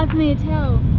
me to tell